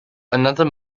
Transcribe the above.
another